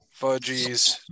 Fudgies